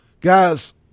Guys